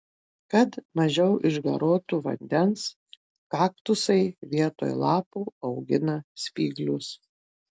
kad mažiau išgaruotų vandens kaktusai vietoj lapų augina spyglius